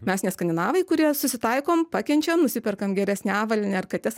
mes ne skandinavai kurie susitaikom pakenčiam nusiperkam geresnę avalynę ar kates